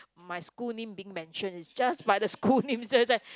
my school name being mentioned is just by the school name